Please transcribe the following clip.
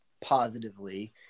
positively